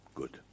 good